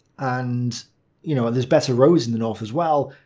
and you know, there's better roads in the north as well.